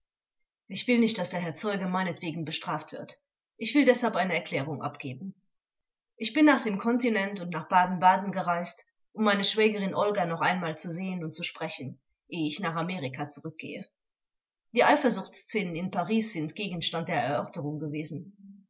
ich will nicht daß der herr zeuge meinetwegen bestraft wird ich will deshalb eine erklärung abgeben ich bin nach dem kontinent und nach baden-baden gereist um meine schwägerin olga noch einmal zu sehen und zu sprechen ehe ich nach amerika zurückgehe die eifersuchtsszenen in paris sind gegenstand der erörterung gewesen